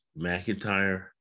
McIntyre